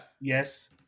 Yes